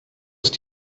ist